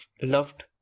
loved